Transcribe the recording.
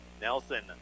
Nelson